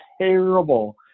terrible